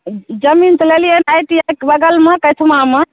जमीन तऽ लेलियै आइ टी आइ के बगलमे मे